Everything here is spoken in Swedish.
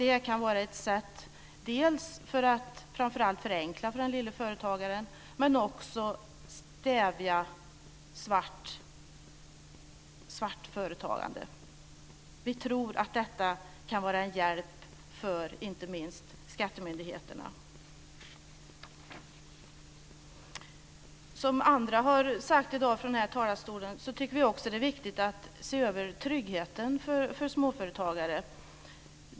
Det kan vara ett sätt dels att förenkla för den lille företagaren, dels att stävja svart företagande. Vi tror att detta kan vara en hjälp inte minst för skattemyndigheterna. Som andra har sagt från denna talarstol i dag tycker vi också att det är viktigt att se över tryggheten för småföretagare.